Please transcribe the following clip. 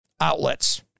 outlets